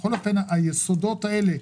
היסודות האלה,